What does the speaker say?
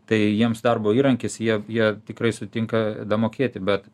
tai jiems darbo įrankis jie jie tikrai sutinka mokėti bet